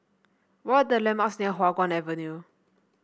what are the landmarks near Hua Guan Avenue